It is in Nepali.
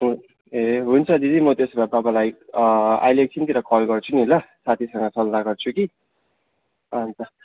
ए हुन्छ दिदी म त्यसो भए तपाईँलाई अहिले एकछिनतिर कल गर्छु नि ल साथीसँग सल्लाह गर्छु कि अन्त